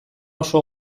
oso